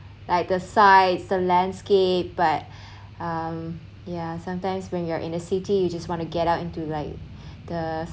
like the size the landscape but um yeah sometimes when you're in the city you just want to get out into like the